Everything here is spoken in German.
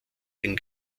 den